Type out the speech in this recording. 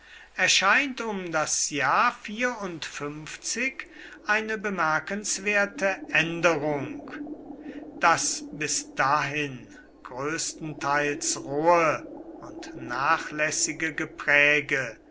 erscheint um das jahr eine bemerkenswerte änderung das bis dahin größtenteils rohe und nachlässige gepräge